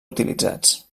utilitzats